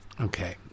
Okay